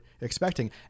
expecting